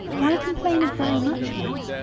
why complain of very much more.